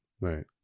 Right